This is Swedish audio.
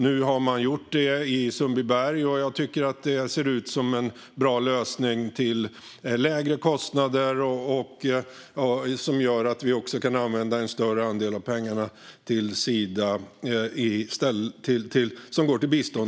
Nu har det skett i Sundbyberg, och jag tycker att det ser ut som en bra lösning till lägre kostnader, som gör att vi också kan använda en större andel av pengarna till bistånd.